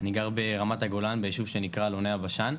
אני גר ברמת הגולן, ביישוב שנקרא אלוני הבשן,